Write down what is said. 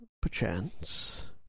perchance